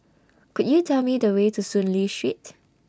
Could YOU Tell Me The Way to Soon Lee Street